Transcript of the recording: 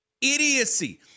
idiocy